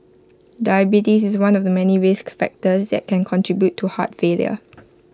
diabetes is one of the many risk factors that can contribute to heart failure